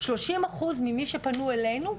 30 אחוז ממי שפנו אלינו,